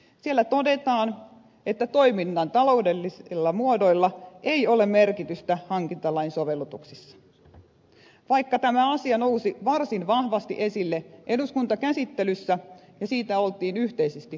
siinä vain todetaan että toiminnan taloudellisilla muodoilla ei ole merkitystä hankintalain sovellutuksissa vaikka tämä asia nousi varsin vahvasti esille eduskuntakäsittelyssä ja siitä oltiin yhteisesti huolissaan